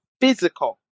physical